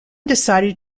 decided